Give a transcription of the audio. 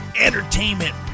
entertainment